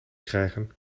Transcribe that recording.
krijgen